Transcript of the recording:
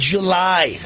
July